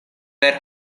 per